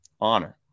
honor